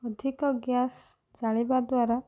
ଅଧିକ ଗ୍ୟାସ୍ ଜାଳିବାଦ୍ୱାରା